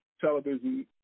television